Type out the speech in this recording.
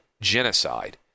genocide